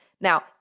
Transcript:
Now